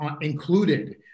included